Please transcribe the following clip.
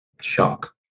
shock